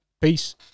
Peace